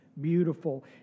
beautiful